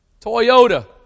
Toyota